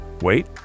Wait